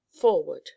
forward